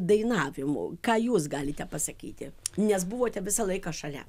dainavimu ką jūs galite pasakyti nes buvote visą laiką šalia